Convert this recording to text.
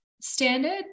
standard